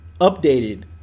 updated